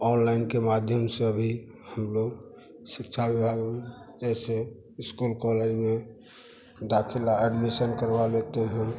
online के माध्यम से अभी हम लोग शिक्षा विभाग में जैसे इस्कूल कॉलेज में दाख़िला एडमीसन करवा लेते हैं